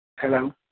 Hello